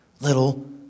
little